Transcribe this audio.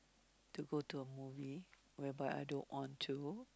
to go to a movie whereby I don't want to